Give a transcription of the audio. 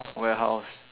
warehouse